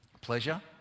pleasure